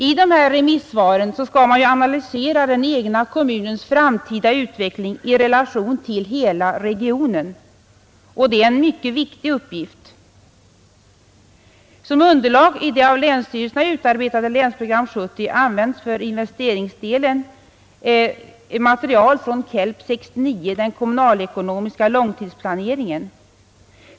I dessa remissvar skall man ju analysera den egna kommunens framtida utveckling i relation till hela regionen, och det är en mycket viktig uppgift. Som underlag i det av länsstyrelserna utarbetade Länsprogram 1970 används för investeringsdelen material från KELP 69, den kommunalekonomiska långtidsplaneringen.